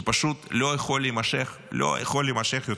שפשוט לא יכול להימשך, לא יכול להימשך יותר.